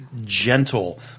gentle